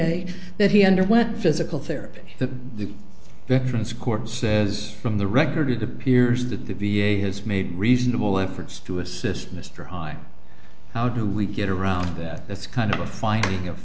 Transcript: a that he underwent physical therapy the veterans court says from the record it appears that the v a has made reasonable efforts to assist mr high how do we get around that that's kind of a finding of